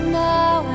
now